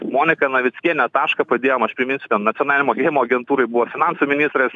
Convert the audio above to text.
monika navickienė tašką padėjom aš priminsiu ten nacionalinėj mokėjimo agentūroj buvo finansų ministras